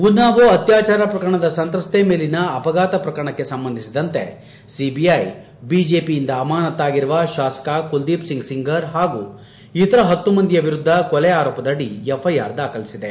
ಉನ್ನಾವೊ ಅತ್ಯಾಚಾರ ಪ್ರಕರಣದ ಸಂತ್ರಸ್ತೆ ಮೇಲಿನ ಅಪಘಾತ ಪ್ರಕರಣಕ್ಕೆ ಸಂಬಂಧಿಸಿದಂತೆ ಸಿಬಿಐ ಬಿಜೆಪಿಯಿಂದ ಅಮಾನತಾಗಿರುವ ಶಾಸಕ ಕುಲದೀಪ್ ಸಿಂಗ್ ಸೆಂಗರ್ ಹಾಗೂ ಇತರ ಹತ್ತು ಮಂದಿಯ ವಿರುದ್ದ ಕೊಲೆ ಆರೋಪದದಿ ಎಫ್ಐಆರ್ ದಾಖಲಿಸಿದೆ